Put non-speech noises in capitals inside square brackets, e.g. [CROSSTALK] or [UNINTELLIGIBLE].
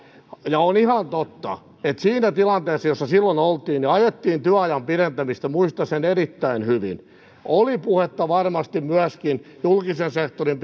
on ihan totta että siinä tilanteessa jossa silloin oltiin ja ajettiin työajan pidentämistä muistan sen erittäin hyvin oli puhetta varmasti myöskin julkisen sektorin [UNINTELLIGIBLE]